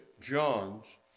John's